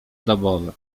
domowe